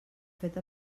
fet